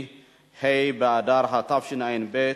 (חובת התקנת חיישן בטיחות),